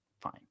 Fine